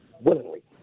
willingly